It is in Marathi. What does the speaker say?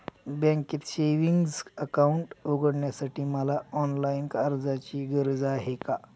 बँकेत सेविंग्स अकाउंट उघडण्यासाठी मला ऑनलाईन अर्जाची गरज आहे का?